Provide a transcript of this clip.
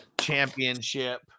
championship